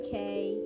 Okay